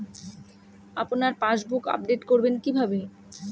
আপনার passbook update করবেন কিভাবে?